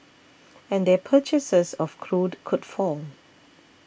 and their purchases of crude could fall